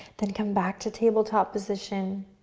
then come back to table top position.